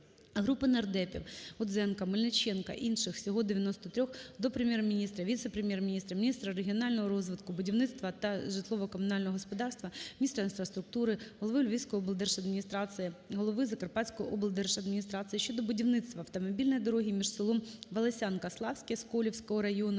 Групи нардепів (Гудзенка, Мельниченка, інших, всього 93) до Прем'єр-міністра, віце-прем’єр-міністра – міністра регіонального розвитку, будівництва та житлово-комунального господарства, міністра інфраструктури, голови Львівської облдержаміністрації, голови Закарпатської облдержадміністрації щодо будівництва автомобільної дороги між селом Волосянка (Славське) Сколівського району